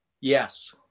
Yes